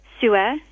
sewer